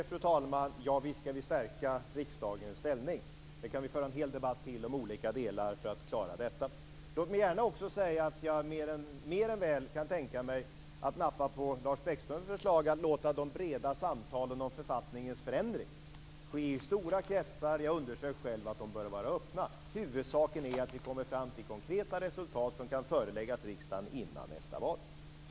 Fru talman! Visst skall vi stärka riksdagens ställning. Vi kan föra en hel debatt till om olika delar för att klara det. Låt mig gärna också säga att jag mer än väl kan tänka mig att nappa på Lars Bäckströms förslag att låta de breda samtalen om författningens förändring ske i stora kretsar. Jag underströk själv att de bör vara öppna. Huvudsaken är att vi kommer fram till konkreta resultat som kan föreläggas riksdagen innan nästa val.